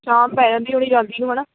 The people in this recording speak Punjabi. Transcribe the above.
ਸ਼ਾਮ ਪੈ ਜਾਂਦੀ ਹੋਣੀ ਜਾਂਦੀ ਨੂੰ ਹੈ ਨਾ